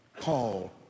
Paul